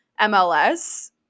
MLS